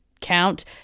count